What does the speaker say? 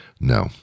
no